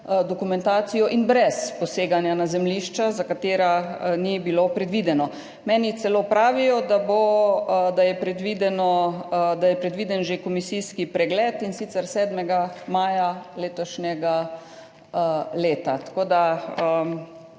dokumentacijo in brez poseganja na zemljišča, za katera ni bilo predvideno. Meni celo pravijo, da je predviden že komisijski pregled, in sicer 7. maja letošnjega leta. Verjamem